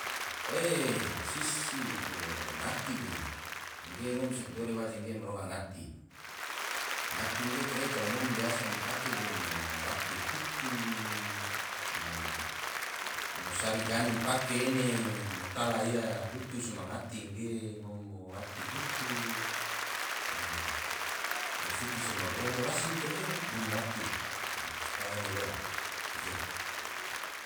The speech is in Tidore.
Sisir bolo ngati ge, ge ngom mansia tidore waje ge ma ronga ngati, ngati ge kare kalo ngom biasa pake ge mo wati hutu, mo sari gan pake ene, mo tala hutu sema ngati ge ngom mo wati hutu, mo fiki sema goroho rasi ngom wati, supaya ena loa. a tege